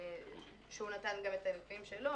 שהוא נתן גם את הנוסעים שלו,